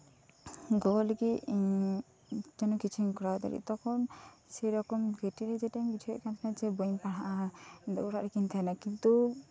ᱜᱚᱜᱚ ᱞᱟᱹᱜᱤᱫ ᱤᱧ ᱠᱤᱪᱷᱩ ᱡᱮᱱᱚᱧ ᱠᱚᱨᱟᱣ ᱫᱟᱲᱮᱜ ᱛᱚᱠᱷᱚᱱ ᱥᱮᱨᱚᱠᱚᱢ ᱜᱮᱨᱴᱤ ᱡᱮᱴᱟᱧ ᱵᱩᱡᱷᱟᱹᱭᱮᱫ ᱛᱟᱸᱦᱮᱱᱟ ᱡᱮ ᱵᱟᱹᱧ ᱯᱟᱲᱦᱟᱜᱼᱟ ᱚᱲᱟᱜ ᱨᱮᱜᱤᱧ ᱛᱟᱸᱦᱮᱱᱟ ᱠᱤᱱᱛᱩ